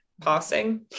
passing